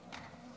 סדר-היום.